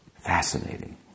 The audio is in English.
Fascinating